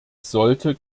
sollte